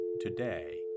today